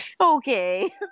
Okay